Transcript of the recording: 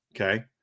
Okay